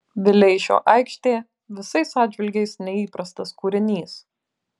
vileišio aikštė visais atžvilgiais neįprastas kūrinys